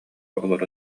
олоро